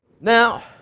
Now